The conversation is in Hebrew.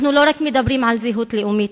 אנחנו לא רק מדברים על זהות לאומית,